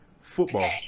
Football